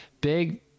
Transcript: big